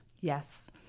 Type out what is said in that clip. Yes